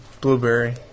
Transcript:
blueberry